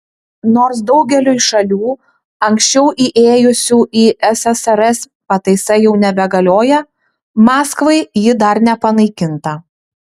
nors daugeliui šalių anksčiau įėjusių į ssrs pataisa jau nebegalioja maskvai ji dar nepanaikinta